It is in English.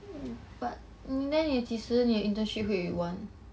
but then 你几时你的 internship 会完